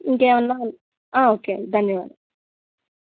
ఇంకేమన్నా ఆ ఓకే అండి ధన్యవాదాలు